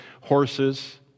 horses